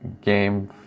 game